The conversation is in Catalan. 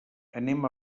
anem